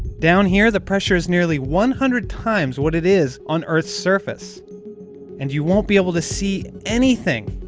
down here, the pressure is nearly one hundred times what it is on earth's surface and you won't be able to see anything,